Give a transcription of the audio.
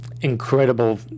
incredible